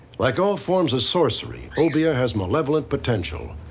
like all forms of sorcery, obeah has malevolent potential.